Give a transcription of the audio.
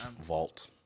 vault